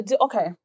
okay